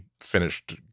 finished